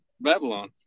babylon